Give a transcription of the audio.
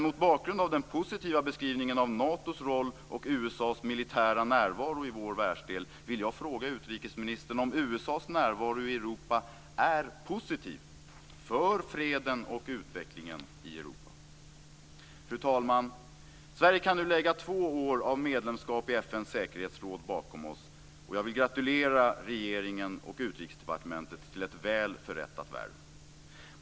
Mot bakgrund av den positiva beskrivningen av Europa är positiv för freden och utvecklingen i Europa. Fru talman! Sverige kan nu lägga två år av medlemskap i FN:s säkerhetsråd bakom sig. Jag vill gratulera regeringen och Utrikesdepartementet till ett väl förrättat värv.